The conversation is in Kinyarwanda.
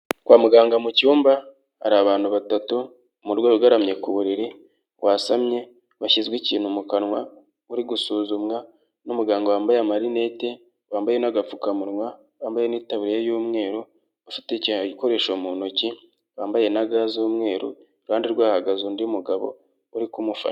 Kwa muganga mu cyumba hari abantu batatu, umurwayi ugaramye ku buriri wasamye, washyizwe ikintu mu kanwa, uri gusuzumwa n'umuganga wambaye amarinete, wambaye n'agapfukamunwa, wambaye n'itaburiya y'umweru, ufite igikoresho mu ntoki, wambaye na ga z'umweru, iruhande rwe hahagaze undi mugabo uri kumufasha.